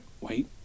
wait